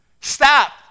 Stop